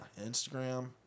Instagram